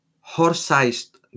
horse-sized